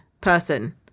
person